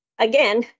again